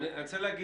אני רוצה לומר